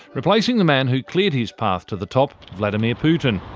replacing the man who declared his path to the top, vladimir putin.